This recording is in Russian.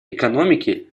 экономики